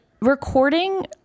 recording